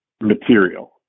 material